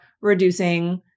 reducing